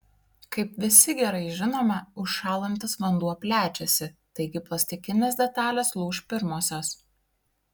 kaip visi gerai žinome užšąlantis vanduo plečiasi taigi plastikinės detalės lūš pirmosios